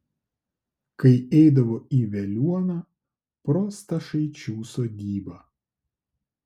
kai eidavo į veliuoną pro stašaičių sodybą